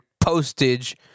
postage